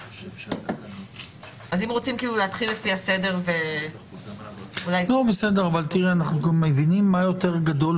הוספנו שהוא צריך להסביר לו בשפה פשוטה מהי חזקת מסירה.